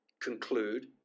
conclude